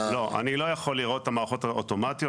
לא, אני לא יכול לראות את המערכות האוטומטיות.